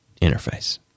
interface